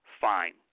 fine